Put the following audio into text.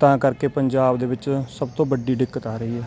ਤਾਂ ਕਰਕੇ ਪੰਜਾਬ ਦੇ ਵਿੱਚ ਸਭ ਤੋਂ ਵੱਡੀ ਦਿੱਕਤ ਆ ਰਹੀ ਆ